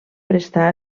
prestar